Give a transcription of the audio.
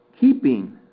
keeping